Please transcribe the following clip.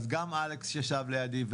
אז גם אלכס ישב לידי,